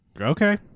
Okay